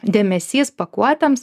dėmesys pakuotėms